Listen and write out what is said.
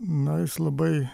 na jis labai